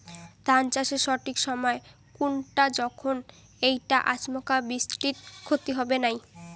ধান চাষের সঠিক সময় কুনটা যখন এইটা আচমকা বৃষ্টিত ক্ষতি হবে নাই?